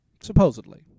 Supposedly